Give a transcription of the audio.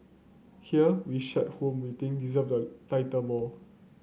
here we share whom we think deserve the title more